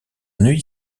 neuilly